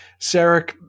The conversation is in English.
Sarek